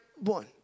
one